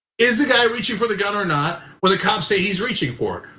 is the guy reaching for the gun or not, when the cop say he's reaching for it.